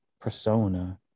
persona